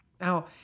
Now